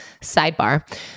sidebar –